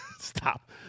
stop